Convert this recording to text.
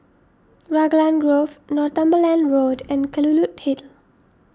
Raglan Grove Northumberland Road and Kelulut Hill